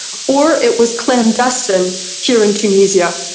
or it was clandestine here in tunisia.